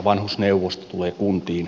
vanhusneuvosto tulee kuntiin